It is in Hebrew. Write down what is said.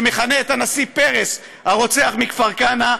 שמכנה את הנשיא פרס "הרוצח מכפר כנא"